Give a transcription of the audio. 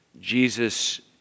Jesus